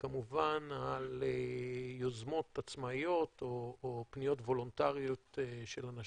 וכמובן על יוזמות עצמאיות או פניות וולונטריות של אנשים,